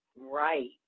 Right